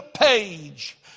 page